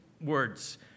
words